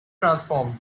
transformed